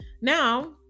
Now